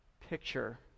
picture